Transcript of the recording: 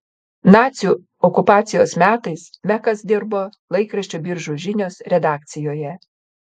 nacių okupacijos metais mekas dirbo laikraščio biržų žinios redakcijoje